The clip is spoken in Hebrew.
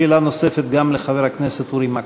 שאלה נוספת גם לחבר הכנסת אורי מקלב.